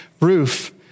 roof